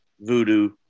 Voodoo